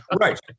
Right